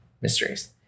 mysteries